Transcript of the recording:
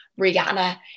Rihanna